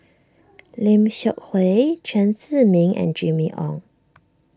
Lim Seok Hui Chen Zhiming and Jimmy Ong